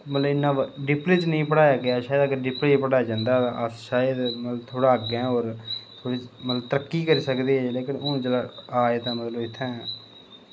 मतलव इन्ना डीपली च शैल डीपली च नेईं पढ़ांदे हे शायद थोह्ड़ा अग्गैं होर मतलव तरक्की करी सकदे हे हून लेकिन हून जिसलै आए दा इत्थें मतलव